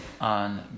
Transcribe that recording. on